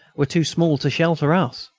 were too small to shelter us.